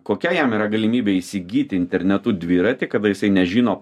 kokia jam yra galimybė įsigyti internetu dviratį kada jisai nežino